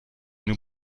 nous